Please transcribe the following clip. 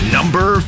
Number